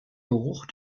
geruch